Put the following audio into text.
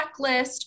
checklist